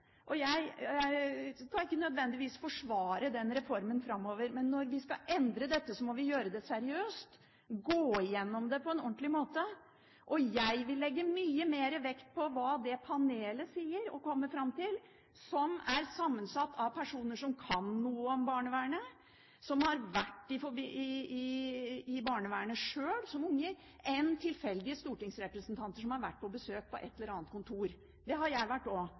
og jeg skal ikke nødvendigvis forsvare reformen framover. Men når vi skal endre dette, må vi gjøre det seriøst – gå igjennom det på en ordentlig måte. Jeg vil legge mye mer vekt på hva det panelet sier og kommer fram til – et panel som er sammensatt av personer som kan noe om barnevernet, som har vært i barnevernet sjøl som unger – enn tilfeldige stortingsrepresentanter som har vært på besøk på et eller annet kontor. Det har jeg vært også, og